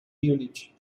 munich